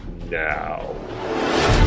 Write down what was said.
now